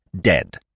dead